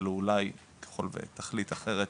אלא אולי ככל ותחליט אחרת,